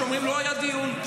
אומרים: לא היה דיון.